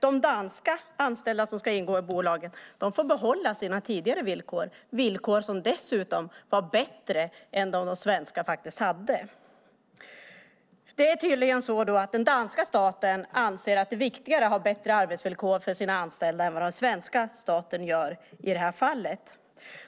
De danska anställda som ska ingå i bolaget får behålla sina tidigare villkor - villkor som dessutom var bättre än vad svenskarna hade. Det är tydligen så att den danska staten anser att det är viktigare att ha bättre arbetsvillkor för sina anställda än vad den svenska staten gör i det här fallet.